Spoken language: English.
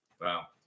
Wow